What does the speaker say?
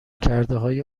کردههای